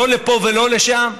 לא לפה ולא לשם,